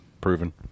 Proven